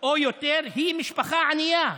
או יותר, היא משפחה ענייה.